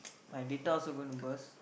my data also going to burst